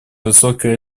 высокой